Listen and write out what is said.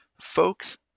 folks